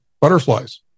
butterflies